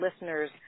listeners